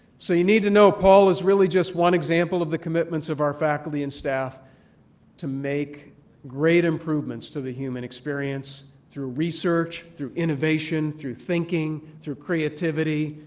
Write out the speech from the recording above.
so you need to know paul is really just one example of the commitments of our faculty and staff to make great improvements to the human experience through research, through innovation, through thinking, through creativity,